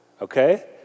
okay